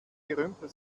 gerümpel